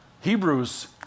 Hebrews